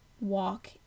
walk